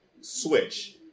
switch